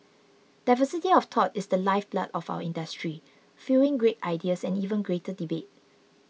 diversity of thought is the lifeblood of our industry fuelling great ideas and even greater debate